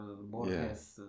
Borges